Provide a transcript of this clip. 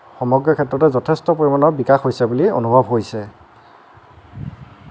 সমগ্ৰ ক্ষেত্ৰতে যথেষ্ট পৰিমাণৰ বিকাশ হৈছে বুলি অনুভৱ হৈছে